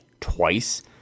twice